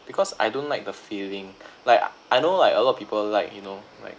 because I don't like the feeling like I know like a lot of people like you know like